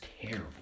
terrible